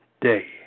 day